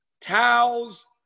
towels